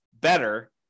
better